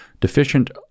deficient